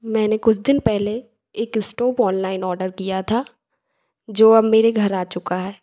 मैंने कुछ दिन पहले एक स्टोव ऑनलाइन ऑर्डर किया था जो अब मेरे घर आ चुका है